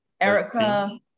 Erica